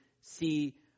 see